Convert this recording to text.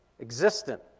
existent